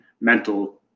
mental